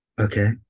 Okay